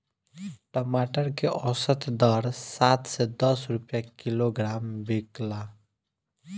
टमाटर के औसत दर सात से दस रुपया किलोग्राम बिकला?